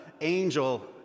angel